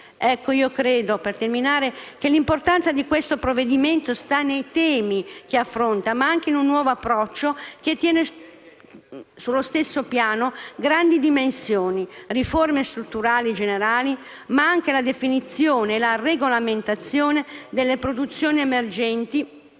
Ecco, credo che l'importanza di questo provvedimento stia nei temi che affronta, ma anche in un nuovo approccio, che tiene sullo stesso piano le grandi dimensioni, le riforme strutturali generali, ma anche la definizione e la regolamentazione delle produzioni emergenti,